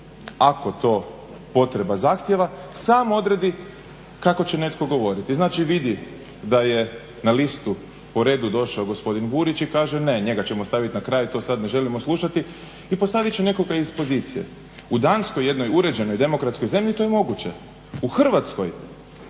ako to potreba zahtjeva, sam odredi kako će netko govoriti. Znači vidi da je na listu po redu došao gospodin Burić i kaže ne, njega ćemo staviti na kraj to sada ne želimo slušati i postavit će nekoga iz pozicije. U Danskoj jednoj uređenoj demokratskoj zemlji to je moguće. U Hrvatskoj